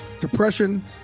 Depression